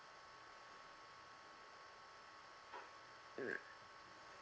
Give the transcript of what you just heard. mm